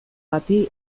bati